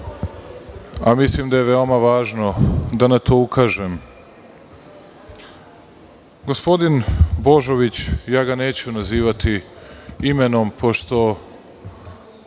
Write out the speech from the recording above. a mislim da je to veoma važno, da na to ukažem, gospodin Božović, neću ga nazivati imenom, pošto